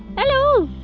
hello!